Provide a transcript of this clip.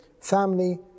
family